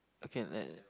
okay let